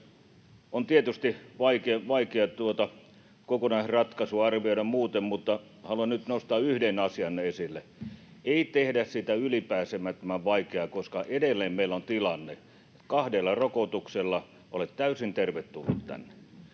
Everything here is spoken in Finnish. On tietysti vaikea tuota kokonaisratkaisua arvioida muuten, mutta haluan nyt nostaa yhden asian esille. Ei tehdä siitä ylipääsemättömän vaikeaa, koska edelleen meillä on tilanne, että kahdella rokotuksella olet täysin tervetullut tänne.